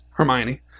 Hermione